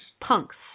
Punks